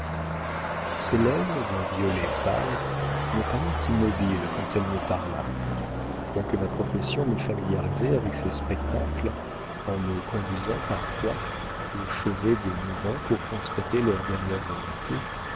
ses lèvres d'un violet pâle me parurent immobiles quand elle me parla quoique ma profession m'ait familiarisé avec ces spectacles en me conduisant parfois au chevet des mourants pour constater leurs dernières volontés